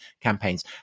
campaigns